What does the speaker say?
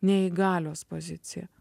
ne į galios poziciją